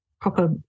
proper